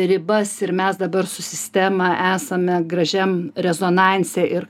ribas ir mes dabar su sistema esame gražiam rezonanse ir